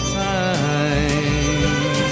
time